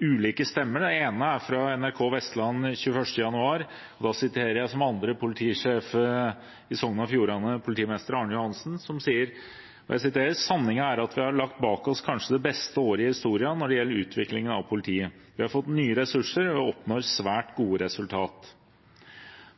ulike stemmer. Det ene er fra NRK Vestland 21. januar, og da siterer jeg, som andre, politisjefen i Sogn og Fjordane, politimester Arne Johannessen, som sier: «Sanninga er at vi har lagt bak oss kanskje det beste året i historia når det gjeld utvikling av politiet. Vi har fått nye ressursar og vi oppnår svært gode resultat.»